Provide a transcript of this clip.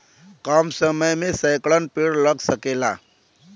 कम समय मे सैकड़न पेड़ लग सकेला